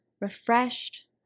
refreshed